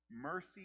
Mercy